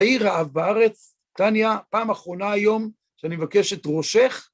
תהי רעב בארץ, טניה, פעם אחרונה היום שאני מבקש את ראשך.